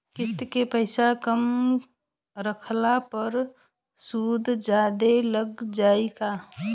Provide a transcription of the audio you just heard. किश्त के पैसा कम रखला पर सूद जादे लाग जायी का?